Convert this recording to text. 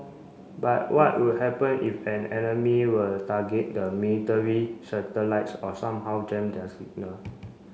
but what would happen if an enemy were target the military satellites or somehow jam their signal